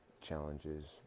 challenges